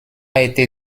été